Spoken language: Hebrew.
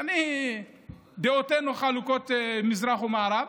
שדעותינו חלוקות מזרח ומערב,